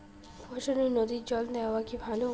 ফসলে নদীর জল দেওয়া কি ভাল?